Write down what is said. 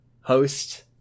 host